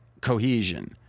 cohesion